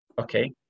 okay